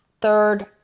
third